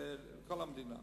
בכל המדינה,